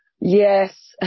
Yes